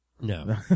No